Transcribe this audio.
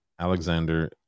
Alexander